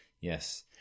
Yes